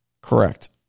Correct